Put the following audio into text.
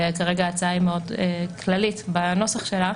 וכרגע ההצעה היא מאוד כללית בנוסח שלה,